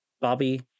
Bobby